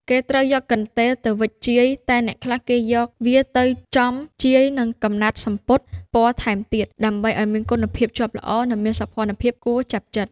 គេត្រូវយកកន្ទេលទៅវេចជាយ តែអ្នកខ្លះគេយកវាទៅចំជាយនឹងកំណាត់សំពត់ពណ៌ថែមទៀត ដើម្បីអោយមានគុណភាពជាប់ល្អ និងមានសោភ័ណគួរចាប់ចិត្ត ។